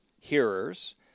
hearers